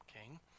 king